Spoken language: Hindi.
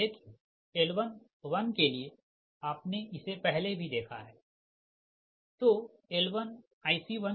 लेकिन L110 के लिए आपने इसे पहले भी देखा है तो L1IC146144